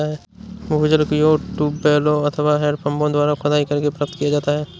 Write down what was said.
भूजल कुओं, ट्यूबवैल अथवा हैंडपम्पों द्वारा खुदाई करके प्राप्त किया जाता है